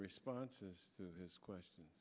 responses to his question